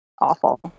awful